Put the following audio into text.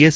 S